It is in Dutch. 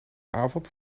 avond